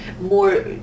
more